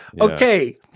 okay